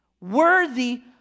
worthy